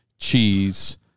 cheese